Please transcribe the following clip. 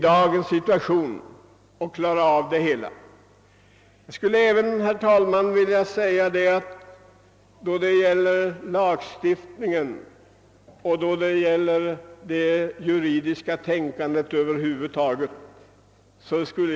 Jag skulle även vilja säga ett par ord om lagstiftningen och det juridiska tänkandet över huvud taget.